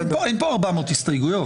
אין פה 400 הסתייגויות.